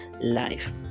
life